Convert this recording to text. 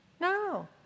No